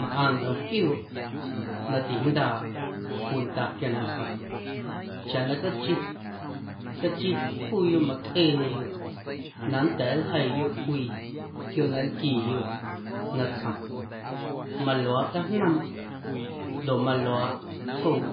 Mꞌaⁿ ntꞌom quiooꞌ na tijndaaꞌ cwinda quia natsjom chaꞌ na cachi, cachi juuyoꞌ mꞌaⁿcꞌeeñeyoꞌ na nnda̱a̱ nljeiiyoꞌ quiooꞌ na nlquiiyoꞌ natsjom maluaaꞌ cajnoomꞌ ndoꞌ maluaaꞌ ntsjooꞌ